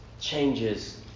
changes